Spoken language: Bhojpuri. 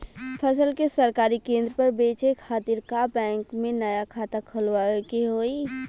फसल के सरकारी केंद्र पर बेचय खातिर का बैंक में नया खाता खोलवावे के होई?